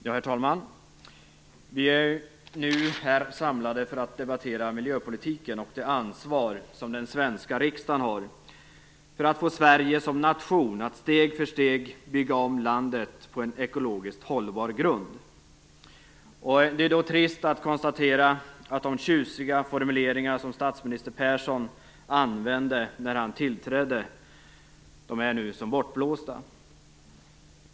Herr talman! Vi är nu samlade här för att debattera miljöpolitiken och det ansvar som den svenska riksdagen har för att få Sverige som nation att steg för steg bygga om landet på en ekologiskt hållbar grund. Det är då trist att konstatera att de tjusiga formuleringar som statsminister Persson använde när han tillträdde nu är som bortblåsta.